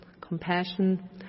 compassion